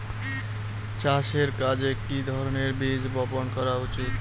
চাষের কাজে কি ধরনের বীজ বপন করা উচিৎ?